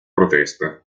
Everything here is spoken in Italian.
protesta